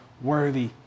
worthy